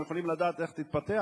אנחנו יכולים לדעת איך תתפתח,